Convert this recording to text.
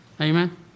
Amen